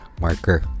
marker